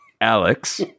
Alex